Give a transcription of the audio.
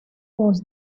was